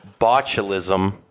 Botulism